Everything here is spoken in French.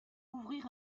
ouvrir